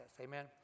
Amen